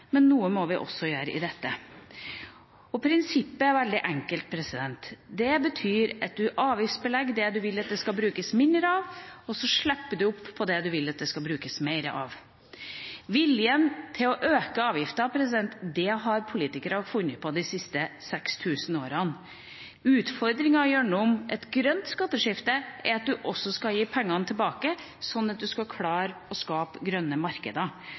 men noe må vi også gjøre i dette. Prinsippet er veldig enkelt: Det betyr at man avgiftsbelegger det man vil at det skal brukes mindre av, og så slipper man opp på det man vil at det skal brukes mer av. Viljen til å øke avgifter har politikere hatt de siste 6 000 årene. Utfordringen gjennom et grønt skatteskifte er at man også skal gi pengene tilbake, sånn at man skal klare å skape grønne markeder,